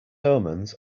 omens